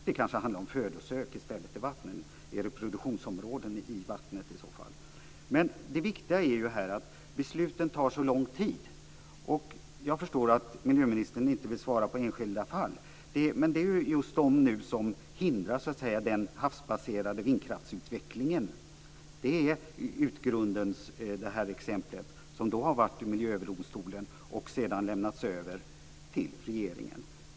Det kanske handlar om födosök i vattnet i stället, eller om produktionsområden i vattnet. Det allvarliga här är att besluten tar så lång tid. Jag förstår att miljöministern inte vill svara på hur det är i enskilda fall. Men det är just dessa som just nu hindrar den havsbaserade vindkraftsutvecklingen. Vi har det här exemplet med Utgrunden, som har varit i Miljööverdomstolen och sedan lämnats över till regeringen.